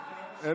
שמית.